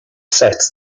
sets